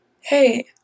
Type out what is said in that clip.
Hey